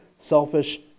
selfish